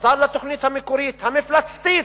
חזר לתוכנית המקורית, המפלצתית,